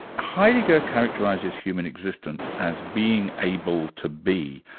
heidegger characterises human existence as being able to be.